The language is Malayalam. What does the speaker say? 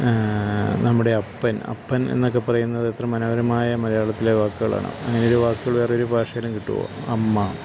നമ്മുടെ അപ്പൻ അപ്പൻ എന്നൊക്കെ പറയുന്നത് എത്ര മനോഹരമായ മലയാളത്തിലെ വാക്കുകളാണ് അങ്ങനെ ഒരു വാക്കുകൾ വേറൊരു ഭാഷേയിലും കിട്ടുമോ അമ്മ